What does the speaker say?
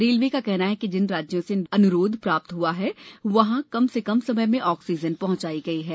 railway का कहना है जिन राज्यों से अनुरोध प्राप्त हुआ वहाँ कम से कम समय में आक्सीजन पहुंचाई गई है